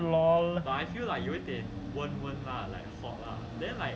L_O_L